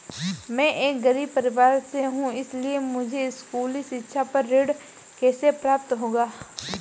मैं एक गरीब परिवार से हूं इसलिए मुझे स्कूली शिक्षा पर ऋण कैसे प्राप्त होगा?